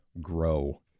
grow